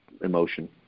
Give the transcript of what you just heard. emotion